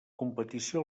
competició